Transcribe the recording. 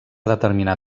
determinar